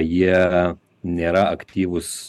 jie nėra aktyvūs